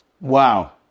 Wow